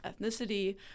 ethnicity